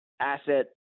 Asset